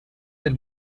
del